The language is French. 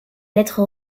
lettre